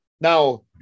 Now